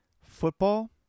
football